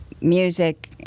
music